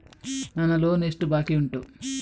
ನನ್ನ ಲೋನ್ ಎಷ್ಟು ಬಾಕಿ ಉಂಟು?